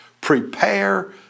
Prepare